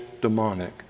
demonic